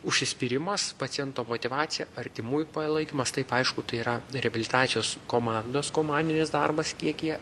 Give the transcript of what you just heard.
užsispyrimas paciento motyvacija artimųjų palaikymas taip aišku tai yra reabilitacijos komandos komandinis darbas kiek jie